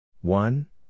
one